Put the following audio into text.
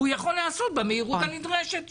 והוא יכול להיעשות במהירות הנדרשת.